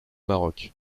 maroc